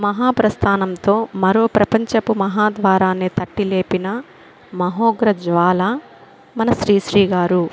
మహాప్రస్థానంతో మరో ప్రపంచపు మహా ద్వారాన్ని తట్టి లేపిన మహోగ్ర జ్వాల మన శ్రీ శ్రీ గారు